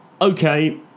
okay